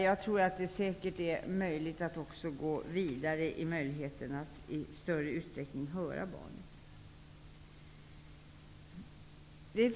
Jag tror att man kan gå vidare när det gäller möjligheterna att i större utsträckning höra barnet.